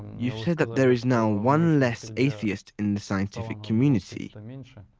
you've said that there is now one less atheist in the scientific community. i mean